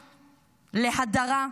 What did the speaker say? להדרה,